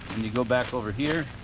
you go back over here,